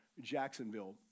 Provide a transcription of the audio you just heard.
Jacksonville